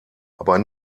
aber